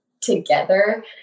together